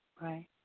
Right